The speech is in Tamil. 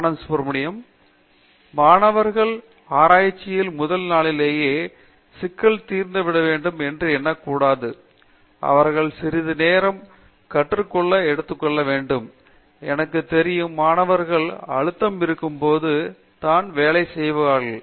அனந்த சுப்பிரமணியன்மாணவர்கள் ஆராய்ச்சியில் முதல்நாளிலேயே சிக்கல் தீர்ந்துவிட வேண்டும் என்று எண்ணக்கூடாது அவர் சிறிது நேரம் கற்றலுக்கான எடுத்துக்கொள்ள வேண்டும் எனக்கு தெரியும் மாணவர்கள் அழுத்தம் இருக்கும்போது தான் வேலை செய்வார்கள்